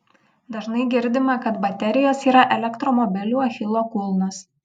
dažnai girdima kad baterijos yra elektromobilių achilo kulnas